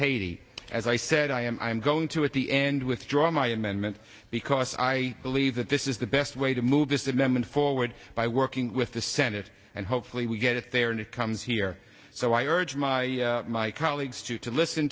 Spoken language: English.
haiti as i said i am i'm going to at the end withdraw my amendment because i believe that this is the best way to move this and then going forward by working with the senate and hopefully we get it there and it comes here so i urge my colleagues to to listen